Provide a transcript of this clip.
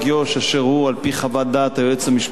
על-פי חוות דעת היועץ המשפטי לממשלה,